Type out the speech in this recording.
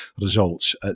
results